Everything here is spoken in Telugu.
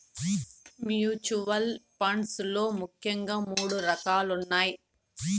మ్యూచువల్ ఫండ్స్ లో ముఖ్యంగా మూడు రకాలున్నయ్